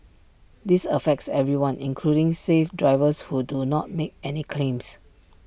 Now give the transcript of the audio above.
this affects everyone including safe drivers who do not make any claims